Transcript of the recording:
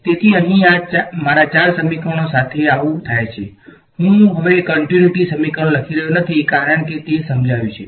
તેથી અહીં મારા ચાર સમીકરણો સાથે આવું થાય છે હું હવે કંટ્યુનીટી સમીકરણ લખી રહ્યો નથી કારણ કે તે સમજાયું છે